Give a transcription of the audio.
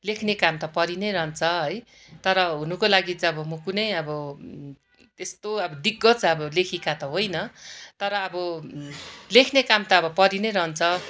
लेख्ने काम त परि नै रहन्छ है तर हुनुको लागि चैँ मो कुनै अबो तेस्तो आबो दिग्गज आबो लेखिका त होइन तर आबो लेख्ने काम त आबो परि नै रहन्छ